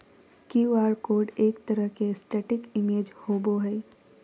Q R code एक तरह के स्टेटिक इमेज होबो हइ